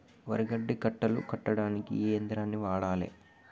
వరి గడ్డి కట్టలు కట్టడానికి ఏ యంత్రాన్ని వాడాలే?